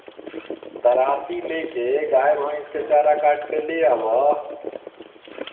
दराँती ले के गाय भईस के चारा काट के ले आवअ